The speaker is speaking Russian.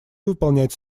выполнять